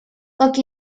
как